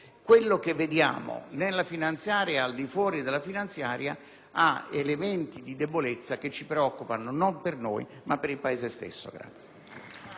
quello che vediamo nella finanziaria e al di fuori di essa ha elementi di debolezza che ci preoccupano non per noi, ma per il Paese stesso.